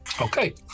Okay